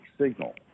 signal